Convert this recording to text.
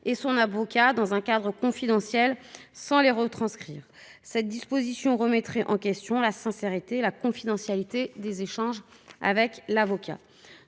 et son avocat dans un cadre confidentiel, sans les retranscrire. Une telle disposition remettrait en question la sincérité et la confidentialité des échanges avec l'avocat.